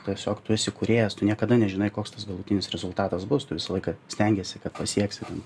tiesiog tu esi kūrėjas tu niekada nežinai koks tas galutinis rezultatas bus tu visą laiką stengiesi kad pasieksi